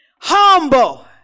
Humble